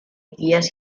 guías